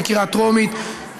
בקריאה טרומית.